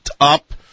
up